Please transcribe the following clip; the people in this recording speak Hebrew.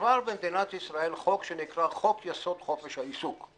הועבר במדינת ישראל חוק שנקרא חוק יסוד: חופש העיסוק,